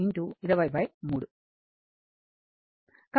కాబట్టి ఇది 14 203